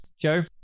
joe